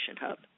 Hub